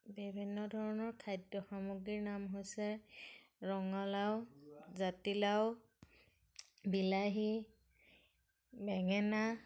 বিভিন্ন ধৰণৰ খাদ্য সামগ্ৰীৰ নাম হৈছে ৰঙালাও জাতিলাও বিলাহী বেঙেনা